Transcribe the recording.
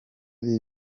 ari